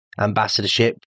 ambassadorship